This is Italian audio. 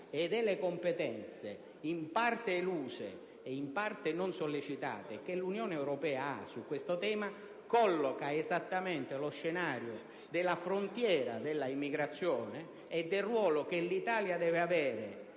e delle competenze (in parte eluse e in parte non sollecitate) che l'Unione europea ha su questo tema, collochi esattamente lo scenario della frontiera dell'immigrazione e del ruolo che l'Italia deve avere